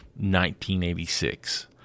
1986